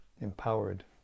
empowered